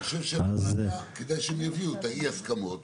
אני חושב שכדאי שלוועדה הם יביאו את אי ההסכמות.